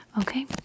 Okay